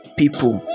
people